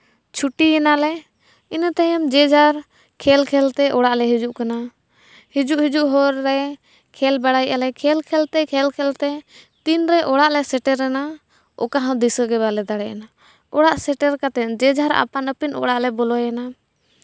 ᱪᱷᱩᱴᱤᱭᱮᱱᱟᱞᱮ ᱤᱱᱟᱹ ᱛᱟᱭᱚᱢ ᱡᱮᱡᱟᱨ ᱠᱷᱮᱞ ᱠᱷᱮᱞᱛᱮ ᱚᱲᱟᱜᱼᱞᱮ ᱦᱤᱡᱩᱜ ᱠᱟᱱᱟ ᱦᱤᱡᱩᱜ ᱦᱤᱡᱩᱜ ᱦᱚᱨ ᱨᱮ ᱠᱷᱮᱞ ᱵᱟᱲᱟᱭᱮᱫᱼᱟᱞᱮ ᱠᱷᱮᱞ ᱠᱷᱮᱞᱛᱮ ᱠᱷᱮᱞ ᱠᱷᱮᱞᱛᱮ ᱛᱤᱱᱨᱮ ᱚᱲᱟᱜ ᱞᱮ ᱥᱮᱴᱮᱨᱮᱱᱟ ᱚᱠᱟᱦᱚᱸ ᱫᱤᱥᱟᱹᱜᱮ ᱵᱟᱝᱞᱮ ᱫᱟᱲᱮᱭᱟᱫᱟ ᱚᱲᱟᱜ ᱥᱮᱴᱮᱨ ᱠᱟᱛᱮᱫ ᱡᱮᱡᱟᱨ ᱟᱯᱟᱱ ᱟᱹᱯᱤᱱ ᱚᱲᱟᱜᱼᱞᱮ ᱵᱚᱞᱚᱭᱮᱱᱟ